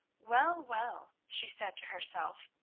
well, well, she said to herself,